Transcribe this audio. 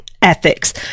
ethics